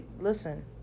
Listen